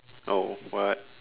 oh what